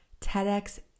TEDx